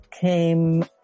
came